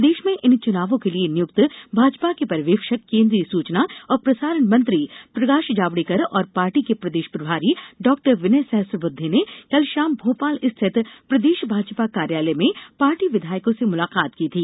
प्रदेश में इन चुनावों के लिये नियुक्त भाजपा के पर्यवेक्षक केन्द्रीय सूचना और प्रसारण मंत्री प्रकाश जावड़ेकर और पार्टी के प्रदेश प्रभारी डॉ विनय सहस्त्रबुद्धे ने कल शाम भोपाल स्थित प्रदेश भाजपा कार्यालय में पार्टी विधायकों से मुलाकात की थी